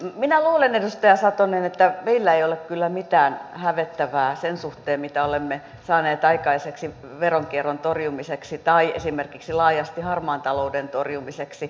minä luulen edustaja satonen että meillä ei ole kyllä mitään hävettävää sen suhteen mitä olemme saaneet aikaiseksi veronkierron torjumiseksi tai esimerkiksi laajasti harmaan talouden torjumiseksi